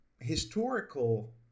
historical